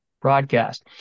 broadcast